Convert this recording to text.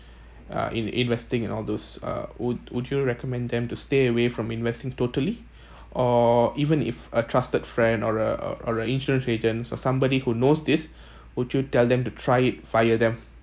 uh in investing and all those uh would would you recommend them to stay away from investing totally or even if a trusted friend or a or a insurance agents or somebody who knows this would you tell them to try it via them